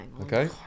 Okay